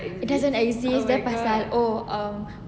it doesn't exist pasal oh um